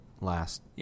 last